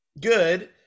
good